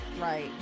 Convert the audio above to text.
right